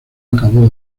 acabó